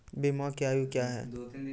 बीमा के आयु क्या हैं?